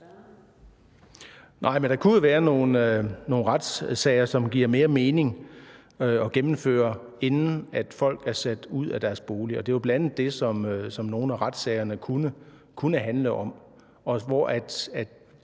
Nej, men der kunne jo være nogle retssager, som det giver mere mening at gennemføre, inden folk er sat ud af deres boliger. Det er jo bl.a. det, som nogle af retssagerne kunne handle om. Det